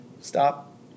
stop